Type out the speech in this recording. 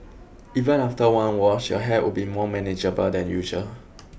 even after one wash your hair would be more manageable than usual